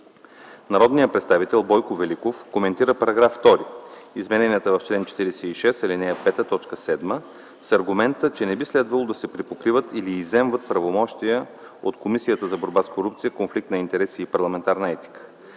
Народният представител Бойко Великов коментира § 2 – измененията в чл. 46, ал. 5, т. 7, с аргумента, че не би следвало да се припокриват или изземват правомощия от Комисията за борба с корупцията, конфликт на интереси и парламентарна етика.